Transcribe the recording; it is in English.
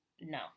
no